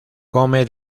come